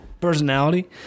personality